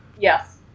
Yes